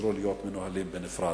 ויחזרו להיות מנוהלים בנפרד.